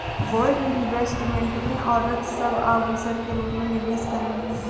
gold investment में औरत सब आभूषण के रूप में निवेश करेली